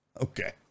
Okay